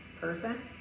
person